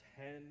ten